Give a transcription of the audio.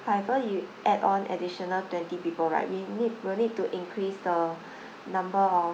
however you add on additional twenty people right we need will need to increase the number of